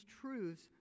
truths